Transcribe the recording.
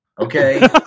Okay